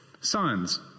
sons